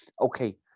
Okay